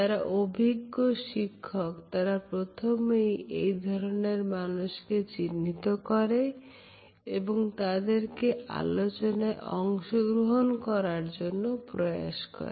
যারা অভিজ্ঞ শিক্ষক তারা প্রথমেই এ ধরনের মানুষদের কে চিহ্নিত করে এবং তাদেরকে আলোচনায় অংশগ্রহণ করার জন্য প্রয়াস করে